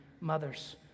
mothers